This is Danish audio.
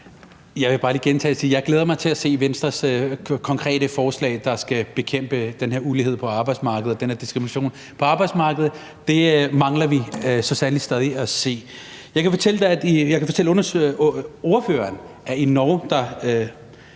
Jeg vil bare lige gentage, at jeg glæder mig til at se Venstres konkrete forslag, der skal bekæmpe den her ulighed på arbejdsmarkedet og den her diskrimination på arbejdsmarkedet. Det mangler vi så sandelig stadig at se. Jeg kan fortælle ordføreren, at man i Norge er